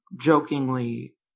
jokingly